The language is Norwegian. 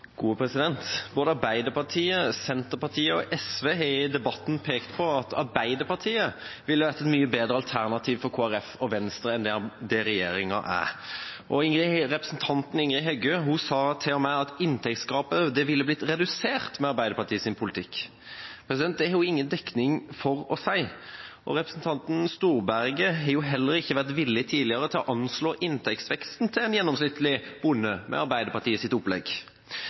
Både Arbeiderpartiet, Senterpartiet og SV har i debatten pekt på at Arbeiderpartiet ville vært et mye bedre alternativ for Kristelig Folkeparti og Venstre enn det regjeringa er. Representanten Ingrid Heggø sa til og med at inntektsgapet ville blitt redusert med Arbeiderpartiets politikk. Det har hun ingen dekning for å si. Representanten Storberget har heller ikke tidligere vært villig til å anslå inntektsveksten til en gjennomsnittlig bonde, med Arbeiderpartiets opplegg. Når Arbeiderpartiet